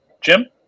Jim